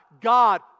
God